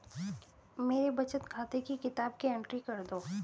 मेरे बचत खाते की किताब की एंट्री कर दो?